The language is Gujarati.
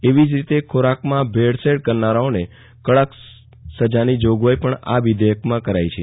એવી જ રીતે ખોરાકમાં ભેળસેળ કરનારાઓને કડક સજાની જોગવાઇ પણ આ વિધેયકમાં કરાઇ છે